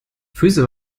füße